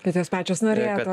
kad jos pačios norėtų